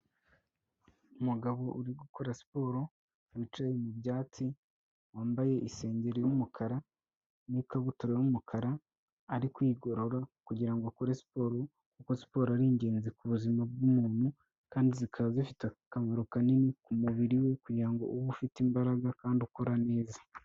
Umugabo uri gukora siporo wicaye mu byatsi, wambaye isengeri y'umukara, n'ikabutura y'umukara ari kwigorora, kugira ngo akore siporo, kuko siporo ari ingenzi ku buzima bw'umuntu, kandi zikaba zifite akamaro kanini kumubiri we kugira ngo ube ufite imbaraga kandi ukora neza.